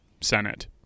Senate